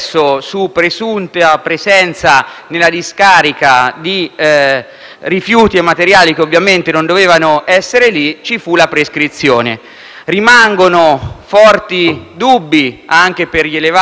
nella discarica di rifiuti e materiali che ovviamente non dovevano essere lì e ci fu la prescrizione. Rimangono forti dubbi, anche per gli elevati livelli di mercurio